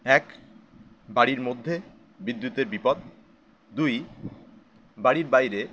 এক বাড়ির মধ্যে বিদ্যুতের বিপদ দুই বাড়ির বাইরে